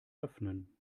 öffnen